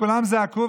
וכולם זעקו,